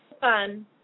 fun